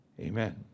Amen